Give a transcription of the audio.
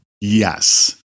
Yes